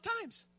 times